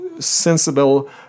sensible